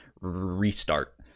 restart